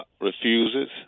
refuses